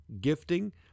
gifting—